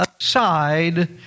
aside